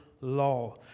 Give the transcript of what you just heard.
law